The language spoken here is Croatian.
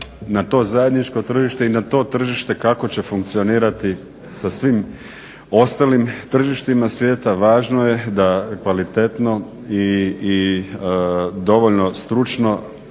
na to zajedničko tržište i na to tržište kako će funkcionirati sa svim ostalim tržištima svijeta. Važno je da kvalitetno i dovoljno stručno